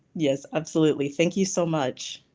yes, absolutely, thank you so much.